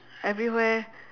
everywhere